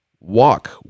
walk